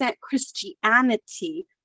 Christianity